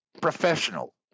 professional